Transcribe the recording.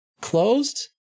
closed